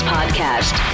Podcast